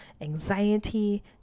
anxiety